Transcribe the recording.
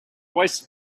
wasted